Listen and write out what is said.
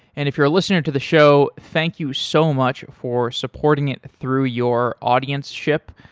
and if you're listening to the show, thank you so much for supporting it through your audienceship.